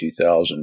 2000